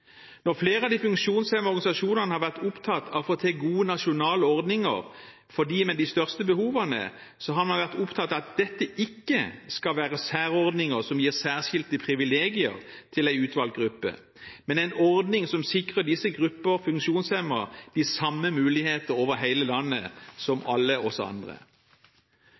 Når flere av de funksjonshemmedes organisasjoner har vært opptatt av å få til gode nasjonale ordninger for dem med de største behovene, har man vært opptatt av at dette ikke skal være særordninger som gir særskilte privilegier til en utvalgt gruppe, men en ordning som sikrer disse grupper funksjonshemmede de samme muligheter over hele landet som alle oss andre.